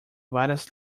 várias